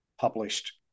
published